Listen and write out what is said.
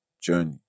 journey